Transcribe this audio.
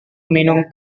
minum